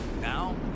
Now